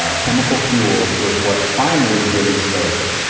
ah chemical fuels was what finally did in slavery.